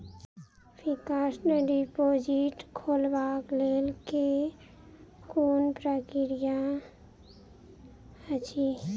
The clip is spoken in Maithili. फिक्स्ड डिपोजिट खोलबाक लेल केँ कुन प्रक्रिया अछि?